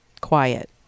quiet